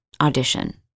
audition